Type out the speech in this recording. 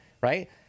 Right